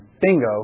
bingo